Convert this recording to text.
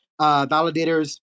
validators